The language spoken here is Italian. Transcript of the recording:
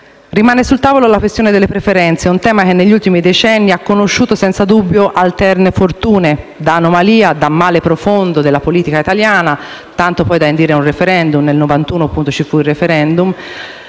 Rimane sul tavolo la questione delle preferenze, un tema che negli ultimi decenni ha conosciuto senza dubbio alterne fortune: da anomalia, da male profondo della politica italiana - tanto da indire un *referendum* nel 1991 - a strumento